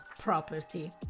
property